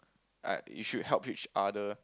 like you should help each other